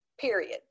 period